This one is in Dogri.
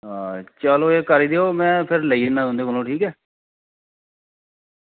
आं चलो एह् करेओ ते में लेई जन्ना तुंदे कोला ठीक ऐ